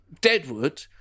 deadwood